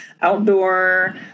outdoor